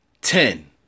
ten